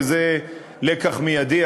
וזה לקח מיידי,